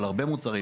על הרבה מוצרים,